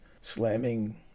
slamming